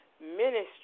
Ministry